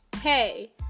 Hey